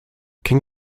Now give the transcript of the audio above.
king